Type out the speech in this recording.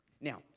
Now